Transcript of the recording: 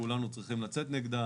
כולנו צריכים לצאת נגדן.